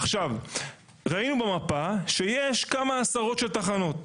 עכשיו, ראינו במפה שיש כמה עשרות של תחנות.